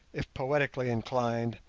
if poetically inclined,